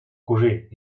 cosir